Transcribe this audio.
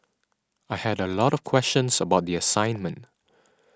I had a lot of questions about the assignment